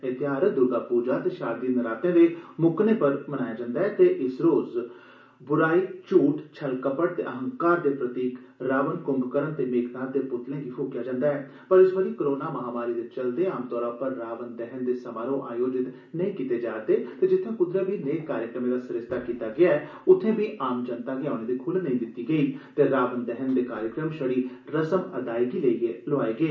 एह धेयार दुर्गा पूजा ते शारदीय नराते दे मुक्कने पर मनाया जन्दा ऐ ते इस रोज बुराई झूठ छलकपट ते अहंकार दे प्रतीक रावण क्म्भकरण ते मेघनाथ दे प्तलें गी फ्केया जन्दा ऐ पर इस बारी कोरोना महामारी दे चलदे आम तौरा पर रावण दैहन दे समारोह आयोजित नेंई कीते जा रदे ते जित्थै क्दरै बी नेह कार्यक्रम दा सरिस्ता कीता गेया उत्थे बी आम जनता गी औने दी ख्ल नेंई दिता गेई ते राम दहन दे कार्यक्रम शड़ी रस्म अदायगी लेई ग लोआए गे